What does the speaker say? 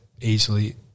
easily